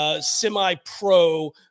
semi-pro